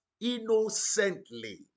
innocently